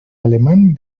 alemán